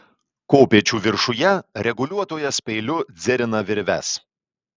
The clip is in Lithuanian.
kopėčių viršuje reguliuotojas peiliu dzirina virves